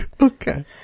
Okay